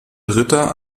ritter